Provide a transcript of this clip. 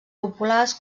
populars